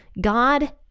God